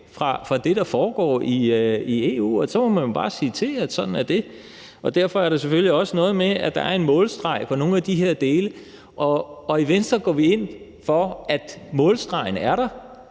fra det, der foregår i EU, og så må man jo bare sige, at sådan er det. Derfor er det selvfølgelig også noget med, at der er en målstreg i forhold til nogle af de her dele, og i Venstre går vi ind for, at målstregen er der;